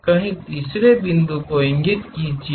तो कहीं तीसरे बिंदु को इंगित कीजिये